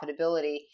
profitability